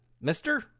mister